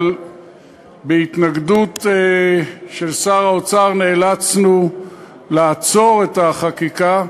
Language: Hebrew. אבל בהתנגדות של שר האוצר נאלצנו לעצור את החקיקה,